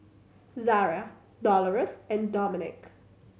Zaria Dolores and Dominick